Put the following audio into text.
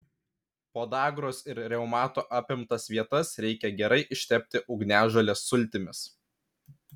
podagros ir reumato apimtas vietas reikia gerai ištepti ugniažolės sultimis